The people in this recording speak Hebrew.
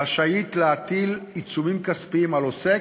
רשאית להטיל עיצומים כספיים על עוסק,